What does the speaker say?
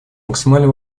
максимально